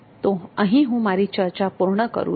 તો અહીં હું મારી ચર્ચા પૂર્ણ કરું છું